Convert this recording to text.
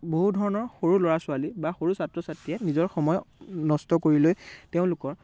বহু ধৰণৰ সৰু ল'ৰা ছোৱালী বা সৰু ছাত্ৰ ছাত্ৰীয়ে নিজৰ সময় নষ্ট কৰি লৈ তেওঁলোকৰ